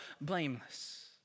blameless